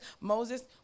Moses